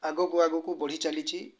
ଆଗକୁ ଆଗକୁ ବଢ଼ି ଚାଲିଛି